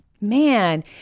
Man